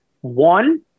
One